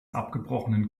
abgebrochenen